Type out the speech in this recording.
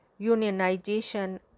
unionization